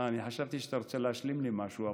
אני חשבתי שאתה רוצה להשלים לי משהו.